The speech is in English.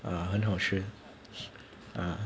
ah 很好吃啊